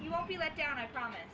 you won't be let down i promise